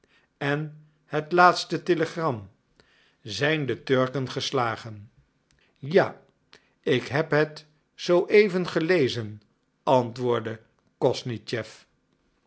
en het laatste telegram zijn de turken geslagen ja ik heb het zooeven gelezen antwoordde kosnischew